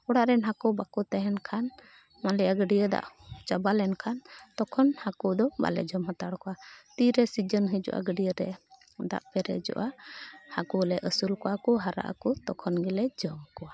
ᱚᱲᱟᱜ ᱨᱮᱱ ᱦᱟᱹᱠᱩ ᱵᱟᱠᱚ ᱛᱟᱦᱮᱱ ᱠᱷᱟᱱ ᱟᱞᱮᱭᱟᱜ ᱜᱟᱹᱰᱭᱟᱹ ᱫᱟᱜ ᱪᱟᱵᱟ ᱞᱮᱱᱠᱷᱟᱱ ᱛᱚᱠᱷᱚᱱ ᱦᱟᱹᱠᱩ ᱫᱚ ᱵᱟᱞᱮ ᱡᱚᱢ ᱦᱟᱛᱟᱲ ᱠᱚᱣᱟ ᱛᱤᱨᱮ ᱥᱤᱡᱮᱱ ᱦᱩᱭᱩᱜᱼᱟ ᱜᱟᱹᱰᱭᱟᱹ ᱨᱮ ᱫᱟᱜ ᱯᱮᱨᱮᱡᱚᱜᱼᱟ ᱦᱟᱹᱠᱩᱞᱮ ᱟᱹᱥᱩᱞ ᱠᱚᱣᱟ ᱠᱚ ᱦᱟᱨᱟᱜ ᱟᱠᱚ ᱛᱚᱠᱷᱚᱱ ᱜᱮᱞᱮ ᱡᱚᱢ ᱠᱚᱣᱟ